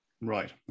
Right